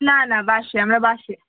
না না বাসে আমরা বাসে